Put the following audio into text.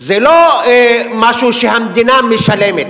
זה לא משהו שהמדינה משלמת,